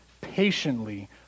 patiently